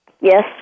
Yes